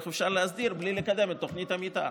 איך אפשר להסדיר בלי לקדם את תוכנית המתאר?